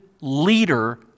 leader